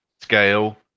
scale